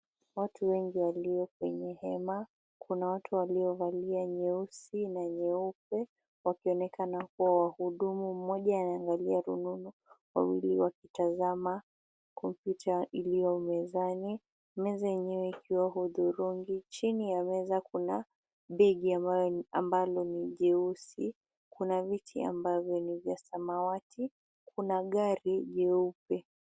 Watu wengi walio kwenye hema, kuna watu walio valia nyeusi na nyeupe wakionekana kuwa wahudumu, mmoja anaangalia rununu, wawili wakitazama computer iliyo mezani, meza yenyewe ikiwa udhurungi, chini ya meza kuna begi ambalo ni jeusi, kuna viti ambavyo ni vya samawati, kuna gari jeupe.